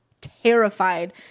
terrified